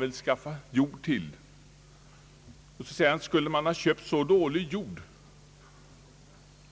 Herr Mossberger undrade vidare om man borde ha köpt